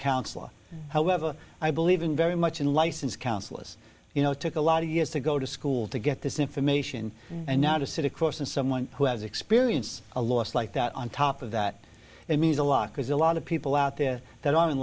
counselor however i believe in very much in license counselors you know took a lot of years to go to school to get this information and now to sit across from someone who has experience a loss like that on top of that it means a lot because a lot of people out there that